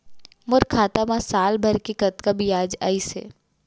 मोर खाता मा साल भर के कतका बियाज अइसे?